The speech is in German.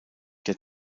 der